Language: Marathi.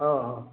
हा हा